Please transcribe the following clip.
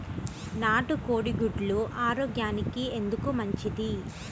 నాటు కోడి గుడ్లు ఆరోగ్యానికి ఎందుకు మంచిది?